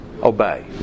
Obey